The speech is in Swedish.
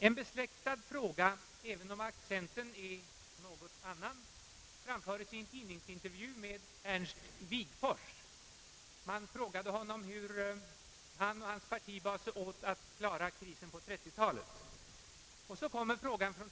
En besläktad fråga, även om accenten är någon annan, framföres i en tidningsintervju med Ernst Wigforss, Man frågade honom hur han och hans parti bar sig åt för att klara krisen på 1930 talet.